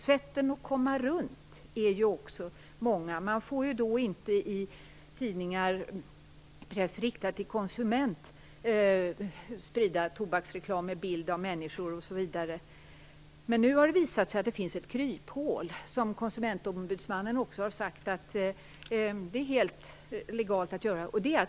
Sätten att komma runt det här förbudet är också många. Man får t.ex. inte sprida tobaksreklam med bild av människor i tidningar som är riktade till konsumenter. Nu har det visat sig att det finns ett kryphål. Man går via facktidskrifter. Konsumentombudsmannen har också sagt att det är helt legalt.